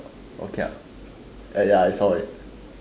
okay ya I saw already